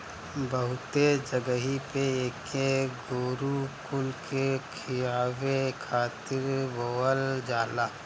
बहुते जगही पे एके गोरु कुल के खियावे खातिर बोअल जाला